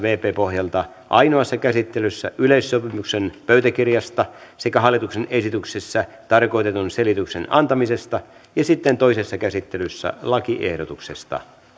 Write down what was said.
pohjalta ainoassa käsittelyssä yleissopimuksen pöytäkirjasta sekä hallituksen esityksessä tarkoitetun selityksen antamisesta ja sitten toisessa käsittelyssä lakiehdotuksesta